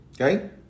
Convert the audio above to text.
okay